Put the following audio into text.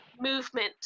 movement